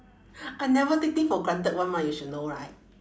I never take thing for granted [one] mah you should know right